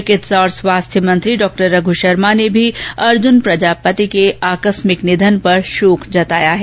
चिकित्सा और स्वास्थ्य मंत्री डॉ रघ् शर्मा ने भी अर्जुन प्रजापति के आकस्मिक निधन पर शोक व्यक्त किया है